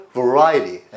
variety